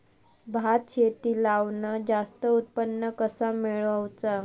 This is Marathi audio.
भात शेती लावण जास्त उत्पन्न कसा मेळवचा?